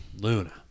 Luna